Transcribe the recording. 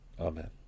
amen